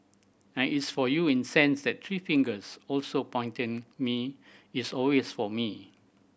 and it's for you in sense that three fingers also pointing me it's always for me